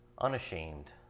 unashamed